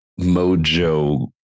Mojo